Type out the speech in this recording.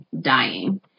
dying